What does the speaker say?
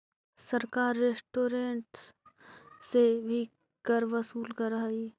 सरकार रेस्टोरेंट्स से भी कर वसूलऽ हई